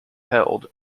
held